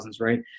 right